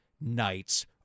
nights